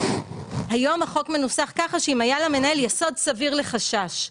היום החוק מנוסח כך שאם היה למנהל יסוד סביר לחשש.